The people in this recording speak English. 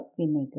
vinegar